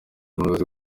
umuyobozi